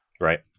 right